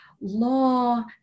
law